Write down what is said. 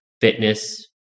Fitness